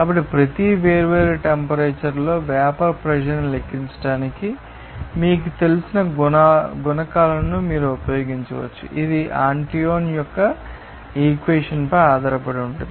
కాబట్టి ప్రతి వేర్వేరు టెంపరేచర్లో వేపర్ ప్రెషర్ న్ని లెక్కించడానికి మీకు తెలిసిన గుణకాలను మీరు ఉపయోగించవచ్చు ఇది ఆంటోయిన్ యొక్క ఇక్వేషన్ పై ఆధారపడి ఉంటుంది